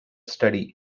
study